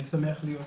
אני שמח להיות פה.